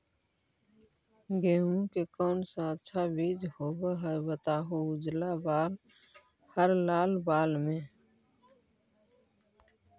गेहूं के कौन सा अच्छा बीज होव है बताहू, उजला बाल हरलाल बाल में?